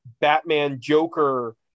Batman-Joker